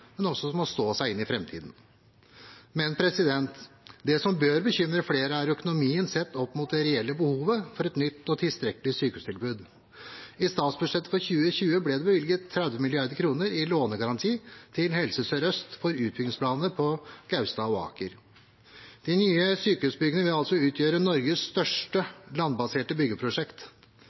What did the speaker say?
men også for at det må stå seg inn i framtiden. Det som bør bekymre flere, er økonomien sett opp mot det reelle behovet for et nytt og tilstrekkelig sykehustilbud. I statsbudsjettet for 2020 ble det bevilget 30 mrd. kr i lånegaranti til Helse Sør-Øst for utbyggingsplanene på Gaustad og Aker. De nye sykehusbyggene vil altså utgjøre Norges største landbaserte byggeprosjekt.